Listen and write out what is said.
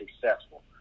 successful